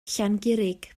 llangurig